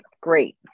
great